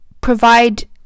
provide